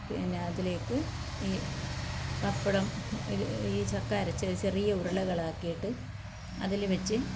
പിന്നെ അതിലേക്ക് ഈ പപ്പടം ഈ ചക്ക അരച്ചത് ചെറിയ ഉരുളകളാക്കിയിട്ട് അതിൽ വെച്ച്